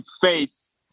face